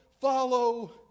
Follow